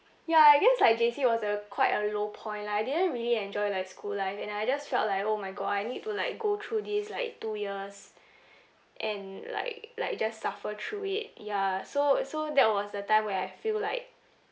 ya I guess like J_C was a quite a low point lah I didn't really enjoy like school life and I just felt like oh my god I need to like go through this like two years and like like just suffer through it ya so so that was the time where I feel like